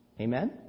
Amen